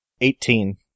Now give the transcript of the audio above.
Eighteen